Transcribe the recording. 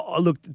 Look